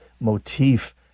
motif